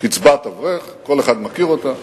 קצבת אברך, כל אחד מכיר אותה.